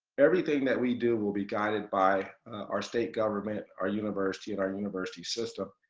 everything that we do will be guided by our state government, our university, and our university system.